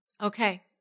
Okay